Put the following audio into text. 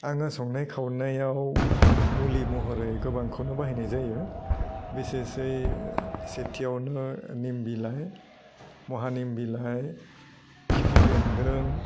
आङो संनाय खावनायाव मुलि महरै गोबांखौनो बाहायनाय जायो बिसेसयै सेथियावनो निम बिलाइ महा निम बिलाइ खिफि बेन्दों